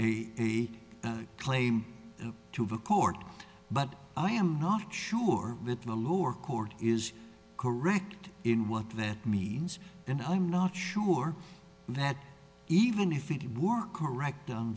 a claim to have a court but i am not sure that the lower court is correct in what that means and i'm not sure that even if it were correct